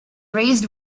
raised